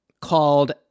called